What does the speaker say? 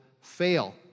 fail